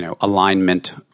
alignment